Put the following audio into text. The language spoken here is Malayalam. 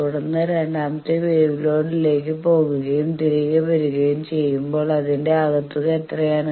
തുടർന്ന് രണ്ടാമത്തെ വേവ് ലോഡ് ലേക്ക് പോകുകയും തിരികെ വരുകയും ചെയ്യുമ്പോൾ അതിന്റെ ആകെത്തുക എത്രയാണ്